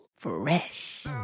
Fresh